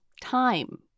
Time